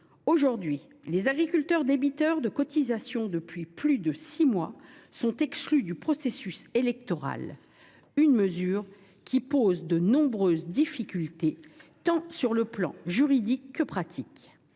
Aujourd’hui, les agriculteurs débiteurs de cotisations depuis plus de six mois sont exclus du processus électoral, ce qui pose de nombreuses difficultés pratiques et juridiques : cela complique